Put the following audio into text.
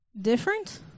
different